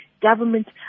government